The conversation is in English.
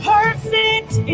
Perfect